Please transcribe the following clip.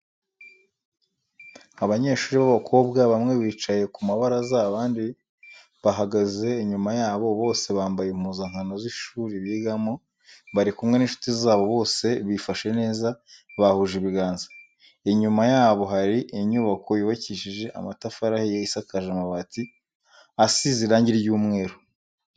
Abanyeshuri b'abakobwa bamwe bicaye ku mabaraza abandi bahagaze inyuma yabo bose bambaye impuzankano z'ishuri bigamo bari kumwe n'inshuti zabo bose bifashe neza bahuje ibiganza ,inyuma yabo hari inyubako yubakishije amatafari ahiye isakaje amabati izize irangi ry'umweru.